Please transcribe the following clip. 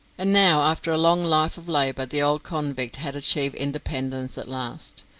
and now after a long life of labour the old convict had achieved independence at last.